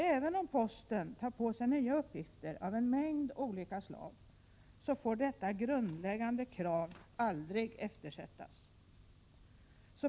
Även om posten tar på sig nya uppgifter av en mängd olika slag, får detta grundläggande krav aldrig eftersättas.